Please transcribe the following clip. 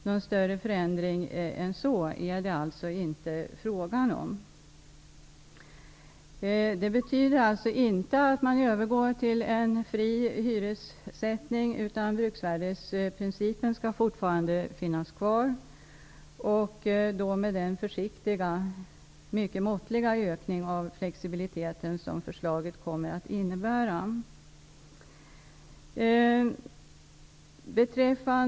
Det är således inte fråga om en större förändring än så. Förslaget innebär inte att man skall övergå till en fri hyressättning. Bruksvärdesprincipen skall fortfarande finnas kvar, med den försiktiga och mycket måttliga ökning av flexibiliteten som förslaget kommer att innebära.